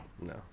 No